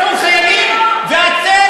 כל מי שמנסה לרצוח חייל, ידע שהוא,